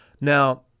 Now